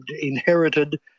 inherited